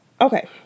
Okay